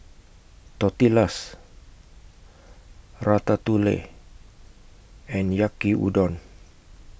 Tortillas Ratatouille and Yaki Udon